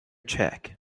check